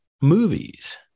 movies